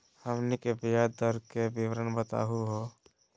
हमनी के ब्याज दर के विवरण बताही हो?